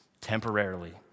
temporarily